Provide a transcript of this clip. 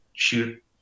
shoot